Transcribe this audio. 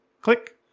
click